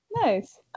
Nice